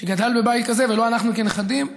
שגדל בבית הזה, ולא אנחנו כנכדים,